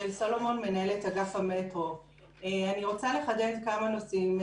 אני רוצה לחדד כמה נושאים.